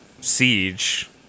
Siege